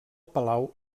palau